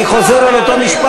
אני חוזר על אותו משפט,